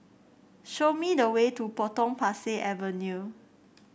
show me the way to Potong Pasir Avenue